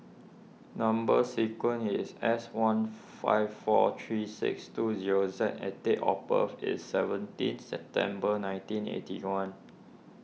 Number Sequence is S one five four three six two zero Z and date of birth is seventeen September nineteen eighty one